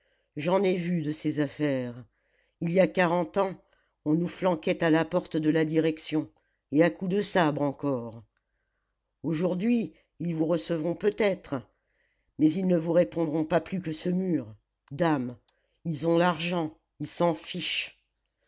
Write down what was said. j'en ai vu de ces affaires il y a quarante ans on nous flanquait à la porte de la direction et à coups de sabre encore aujourd'hui ils vous recevront peut-être mais ils ne vous répondront pas plus que ce mur dame ils ont l'argent ils s'en fichent